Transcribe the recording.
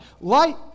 Light